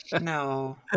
No